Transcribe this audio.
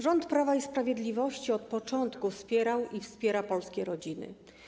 Rząd Prawa i Sprawiedliwości od początku wspierał i wspiera polskie rodziny.